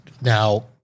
now